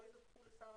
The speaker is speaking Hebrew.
לא ידווחו לשר